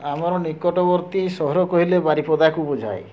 ଆମର ନିକଟବର୍ତ୍ତୀ ସହର କହିଲେ ବାରିପଦାକୁ ବୁଝାଏ